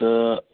تہٕ